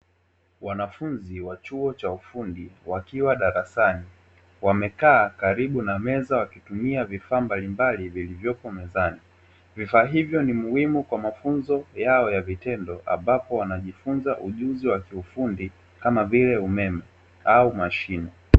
Wanafunzi wa chuo cha ufundi wakiwa darasani wamekaa karibu na meza wakitumia vifaa mbalimbali vilivyopo mezani, vifaa hivyo ni muhimu kwa mafunzo yao ya vitendo ambapo wanajifunza ujuzi wa kiufundi kama vile umeme au mashine.